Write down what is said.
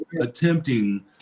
attempting